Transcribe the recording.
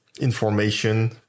information